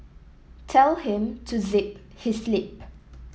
tell him to zip his lip